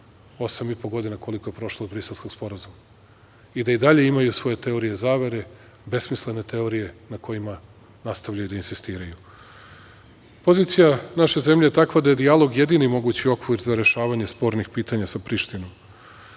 po godina, koliko je prošlo od Briselskog sporazuma i da i dalje imaju svoje teorije zavere besmislene teorije na kojima nastavljaju da insistiraju. Pozicija naše zemlje je takva da je dijalog jedini mogući okvir za rešavanje spornih pitanja sa